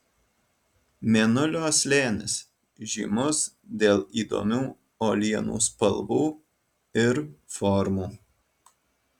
mėnulio slėnis žymus dėl įdomių uolienų spalvų ir formų